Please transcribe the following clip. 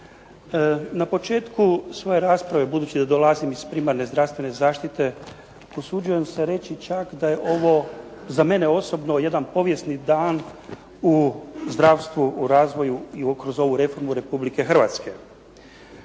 Na početku svoje rasprave, budući da dolazim iz primarne zdravstvene zaštite, usuđujem se reći čak da je ovo za mene osobno jedan povijesni dan u zdravstvu u razvoju i kroz ovu reformu Republike Hrvatske.